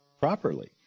properly